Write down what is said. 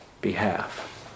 behalf